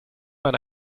man